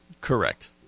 Correct